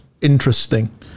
interesting